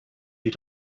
you